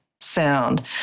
sound